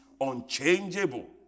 unchangeable